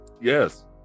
yes